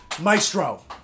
Maestro